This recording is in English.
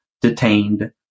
detained